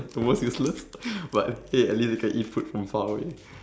the most useless but hey at least you can eat food from far away